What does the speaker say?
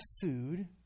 food